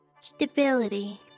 Stability